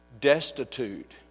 destitute